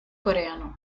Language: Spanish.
coreano